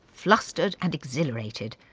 flustered and exhilarated,